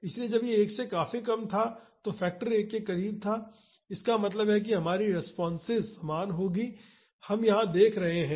इसलिए जब यह 1 से काफी कम था तो यह फैक्टर 1 के करीब था इसका मतलब है हमारी रेस्पॉन्सेस समान होंगी जो कि हम यहां देख रहे हैं